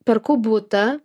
perku butą